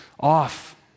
off